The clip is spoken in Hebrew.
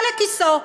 לא לכיסו.